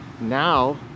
Now